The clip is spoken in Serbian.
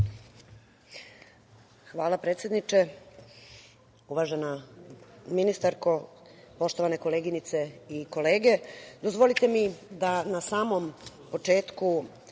Hvala, predsedniče. Uvažena ministarko, poštovane koleginice i kolege, dozvolite mi da na samom početku